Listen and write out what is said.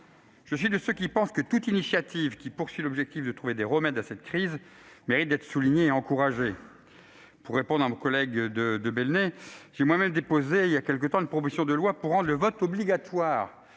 Je suis de ceux qui pensent que toute initiative qui poursuit l'objectif de trouver des remèdes à cette crise mérite d'être soulignée et encouragée. Pour répondre à notre collègue Arnaud de Belenet, j'ai moi-même déposé en janvier dernier une proposition de loi pour rendre le vote obligatoire,